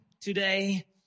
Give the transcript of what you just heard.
today